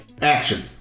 action